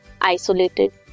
isolated